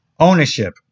ownership